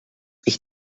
ich